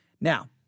Now